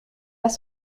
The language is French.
pas